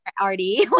already